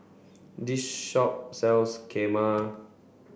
this shop sells Kheema